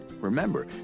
Remember